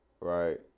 right